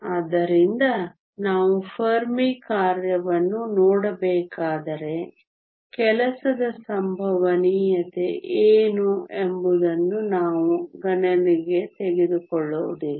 ಆದ್ದರಿಂದ ನಾವು ಫೆರ್ಮಿ ಕಾರ್ಯವನ್ನು ನೋಡಬೇಕಾದರೆ ಕೆಲಸದ ಸಂಭವನೀಯತೆ ಏನು ಎಂಬುದನ್ನು ನಾವು ಗಣನೆಗೆ ತೆಗೆದುಕೊಳ್ಳುವುದಿಲ್ಲ